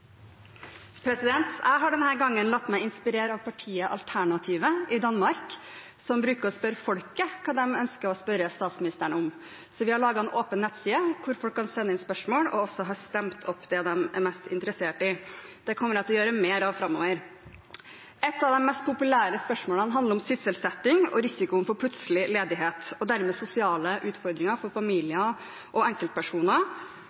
Jeg har denne gangen latt meg inspirere av partiet Alternativet i Danmark, som bruker å spørre folket hva de ønsker å spørre statsministeren om. Vi har laget en åpen nettside der folk kan sende inn spørsmål og stemme på det de er mest interessert i. Det kommer vi til å gjøre mer av framover. Et av de mest populære spørsmålene handler om sysselsetting og risikoen for plutselig ledighet og dermed sosiale utfordringer for